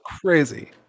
crazy